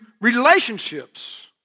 relationships